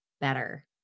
better